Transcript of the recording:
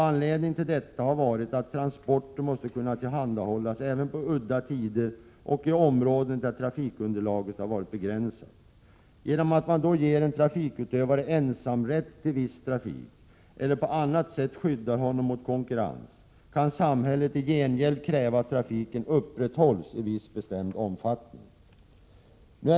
Anledningen till detta har varit att transporter måste kunna tillhandahållas även på udda tider och i områden där trafikunderlaget har varit begränsat. Genom att man ger en trafikutövare ensamrätt till viss trafik eller på annat sätt skyddar honom mot konkurrens kan samhället i gengäld kräva att trafiken upprätthålls i viss bestämd omfattning.